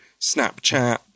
Snapchat